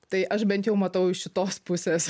tai aš bent jau matau iš šitos pusės